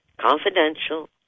confidential